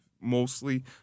mostly